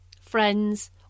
friends